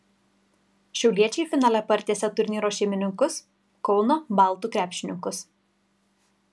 šiauliečiai finale partiesė turnyro šeimininkus kauno baltų krepšininkus